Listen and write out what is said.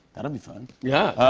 and i mean fun. yeah.